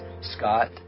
scott